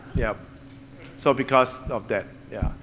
yeah so, because of that, yeah.